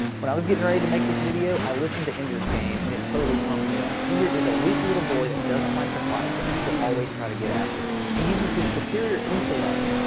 when i was getting ready to make this video i listened to ender's game and it totally pumped me up. ender is a weak little boy that doesn't like to fight but people always try to get after him. he uses his superior intellect,